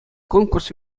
конкурс